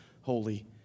holy